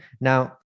now